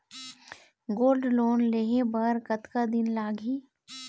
Gold loan लेहे बर कतका दिन लगही?